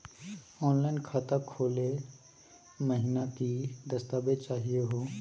Online खाता खोलै महिना की की दस्तावेज चाहीयो हो?